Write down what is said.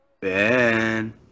Ben